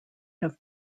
have